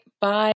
Bye